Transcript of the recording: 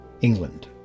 England